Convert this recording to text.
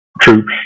troops